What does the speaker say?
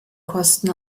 kosten